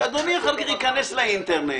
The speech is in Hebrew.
אדוני אחר כך ייכנס לאינטרנט.